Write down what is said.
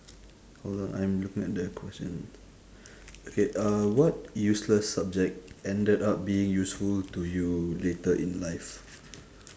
hold on I'm looking at the question okay uh what useless subject ended up being useful to you later in life